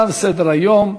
תם סדר-היום.